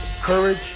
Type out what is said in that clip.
courage